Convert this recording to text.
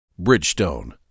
Bridgestone